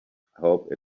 hope